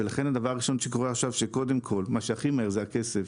ולכן, הדבר הראשון שקורה עכשיו הכי מהר זה הכסף.